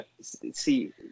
see